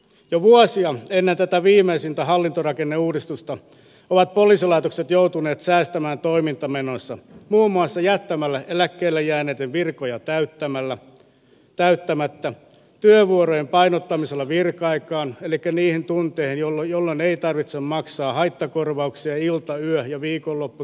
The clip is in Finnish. jo vuosia ennen tätä viimeisintä hallintorakenneuudistusta ovat poliisilaitokset joutuneet säästämään toimintamenoissa muun muassa jättämällä eläkkeelle jääneitten virkoja täyttämättä tai työvuorojen painottamisella virka aikaan elikkä niihin tunteihin jolloin ei tarvitse maksaa haittakorvauksia ilta yö ja viikonlopputyöstä